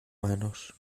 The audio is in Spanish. manos